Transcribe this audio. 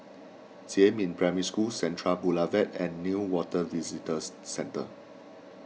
Jiemin Primary School Central Boulevard and Newater Visitors Centre